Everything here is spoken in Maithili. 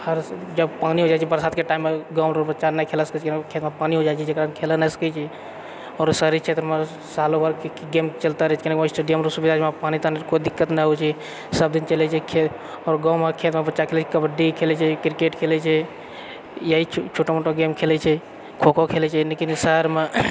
हर जब पानि आ जाइत छै बरसातके टाइममे गाँव आरके बच्चा नहि खेल सकैत छै खेतमे पानि हो जाइत छै जकरामे खेलऽ नहि सकैत छै आओर शहरी क्षेत्रमे सालो भर गेम चलता रहैत छै स्टेडियम तऽ पानि तानी कऽ कोइ दिक्कत नहि होइत छै सब दिन चलैत छै खेल आओर गाँवमे खेतमे बच्चा कबड्डी खेलैत छै क्रिकेट खेलैत छै यही छोटा मोटा गेम खेलैत छै खोखो खेलैत छै लेकिन शहरमे